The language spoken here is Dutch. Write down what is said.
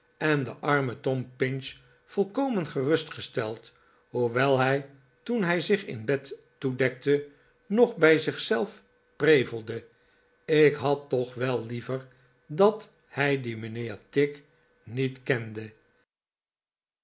en de arme tom pinch volkomen gerustgesteld hoewel hij toen hij zich in bed toedekte nog bij zich zelf prevelde ik had toch wel liever dat hij dien mijnheer tigg niet kende